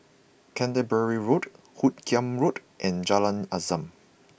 Canterbury Road Hoot Kiam Road and Jalan Azam